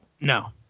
No